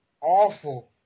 awful